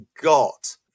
got